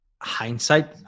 hindsight